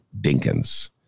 Dinkins